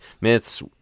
Myths